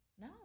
no